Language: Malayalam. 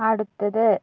അടുത്തത്